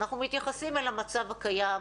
אנחנו מתייחסים אל המצב הקיים,